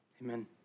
Amen